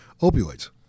opioids